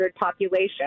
population